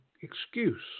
excuse